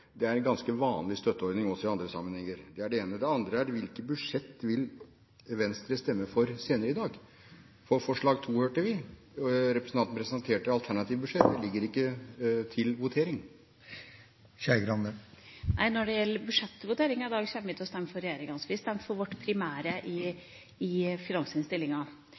Det er en ganske vanlig støtteordning også i andre sammenhenger. Det er det ene. Det andre er: Hvilket budsjett vil Venstre stemme for senere i dag? De vil stemme for forslag nr. 2, hørte vi. Representanten presenterte et alternativt budsjett. Det ligger ikke til votering. Når det gjelder budsjettvoteringa i dag, kommer vi til å stemme for regjeringspartienes budsjett. Vi stemte for vårt primære i finansinnstillinga.